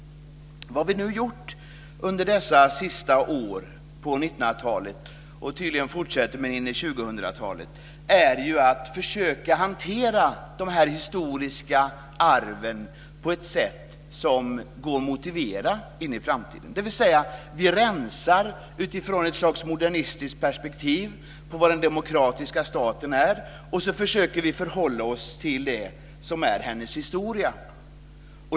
Vad vi nu har gjort under dessa senaste år på 1900-talet och tydligen fortsätter in i 2000-talet är att försöka hantera de historiska arven på ett sätt som går att motivera in i framtiden. Vi rensar utifrån ett slags modernistiskt perspektiv på vad den demokratiska staten är, och så försöker vi förhålla oss till det som är hennes historia.